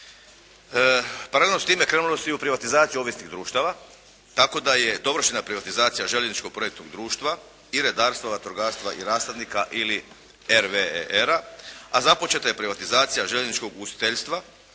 Paralelno s time krenulo se i u privatizaciju …/Govornik se ne razumije./… društava tako da je dovršena privatizacija željezničkog projektnog društva i redarstva, vatrogastva i rasadnika ili RVER-a a započeta je privatizacija željezničkog ugostiteljstva